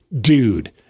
dude